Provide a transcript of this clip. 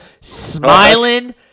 smiling